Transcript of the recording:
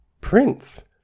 Prince